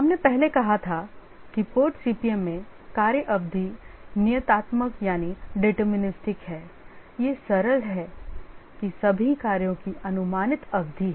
हमने पहले कहा था कि PERT CPM में कार्य अवधि नियतात्मक यानी है यह सरल है कि सभी कार्यों की अनुमानित अवधि है